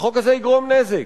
החוק הזה יגרום נזק,